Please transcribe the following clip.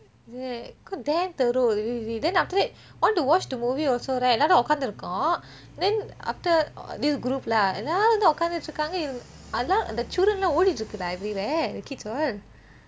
is it because damn teruk really really then after that want to watch the movie also right எல்லாரும் உக்காந்துருக்கோம்:ellarum ukaantrukom then after this group lah எல்லாரும் வந்து உக்காந்துட்டு இருக்காங்க எல்லா அந்த:ellarum vanthu ukaanthutu irukaange ella antha children எல்லாம் ஒடித்து இருக்குது டா: ella odithu irukkuthu da everywhere the kids all